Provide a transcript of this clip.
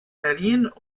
berlin